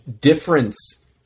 difference